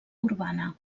urbana